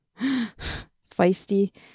feisty